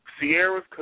Sierra's